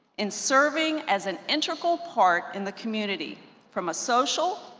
in serving as an integral part in the community from a social,